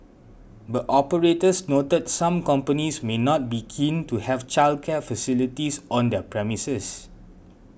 but operators noted some companies may not be keen to have childcare facilities on their premises